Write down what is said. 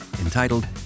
entitled